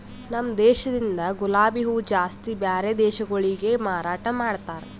ನಮ ದೇಶದಿಂದ್ ಗುಲಾಬಿ ಹೂವ ಜಾಸ್ತಿ ಬ್ಯಾರೆ ದೇಶಗೊಳಿಗೆ ಮಾರಾಟ ಮಾಡ್ತಾರ್